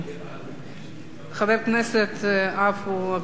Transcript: חבר הכנסת עפו אגבאריה, לא נמצא.